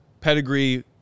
pedigree